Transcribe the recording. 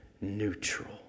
Neutral